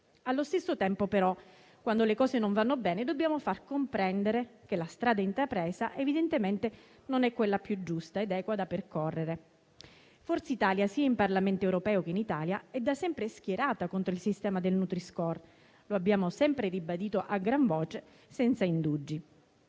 Allo stesso tempo, però, quando le cose non vanno bene, dobbiamo far comprendere che la strada intrapresa evidentemente non è quella più giusta ed equa da percorrere. Forza Italia, sia nel Parlamento europeo che in Italia, è da sempre schierata contro il sistema del nutri-score; lo abbiamo sempre ribadito a gran voce senza indugi.